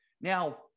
Now